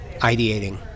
ideating